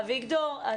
אביגדור,